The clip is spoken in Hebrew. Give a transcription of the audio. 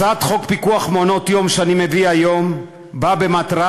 הצעת חוק הפיקוח על מעונות-יום שאני מביא היום באה במטרה